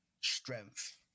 strength